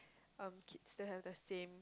um kids to have the same